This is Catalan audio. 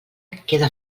queda